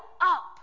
up